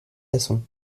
façon